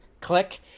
click